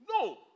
No